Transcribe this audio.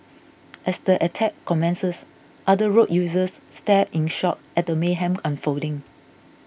as the attack commences other road users stared in shock at the mayhem unfolding